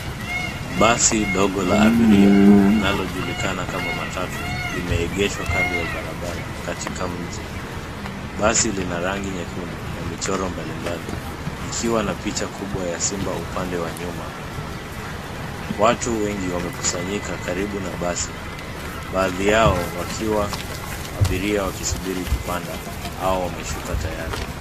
Basi dogo la abiria linalojulikana kama matatu, limeegeshwa kando ya barabara katika mji. Basi lina rangi nyekundu na michoro mbalimbali, ikiwa na picha kubwa ya simba upande wa nyuma. Watu wengi wamekusanyika karibu na basi, baadhi yao wakiwa abiria wakisubiri kupanda au wameshuka tayari.